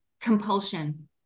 compulsion